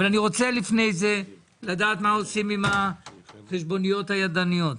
אבל לפני כן אני רוצה לדעת מה עושים עם החשבוניות הידניות.